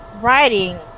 writing